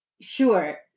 Sure